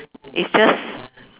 it's just